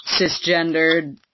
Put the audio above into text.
cisgendered